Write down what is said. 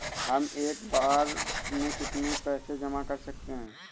हम एक बार में कितनी पैसे जमा कर सकते हैं?